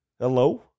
Hello